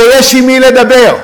ויש עם מי לדבר.